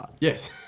Yes